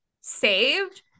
saved